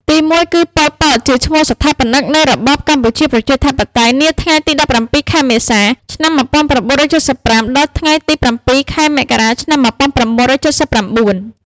ទីមួយគឺប៉ុល ពត ជាឈ្មោះស្ថាបនិកនៃរបបកម្ពុជាប្រជាធិបតេយ្យនាថ្ងៃទី១៧ ខែមេសា ឆ្នាំ១៩៧៥ ដល់ថ្ងៃទី០៧ ខែមករា ឆ្នាំ១៩៧៩។